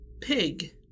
pig